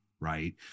right